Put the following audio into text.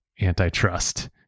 antitrust